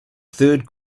third